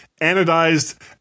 anodized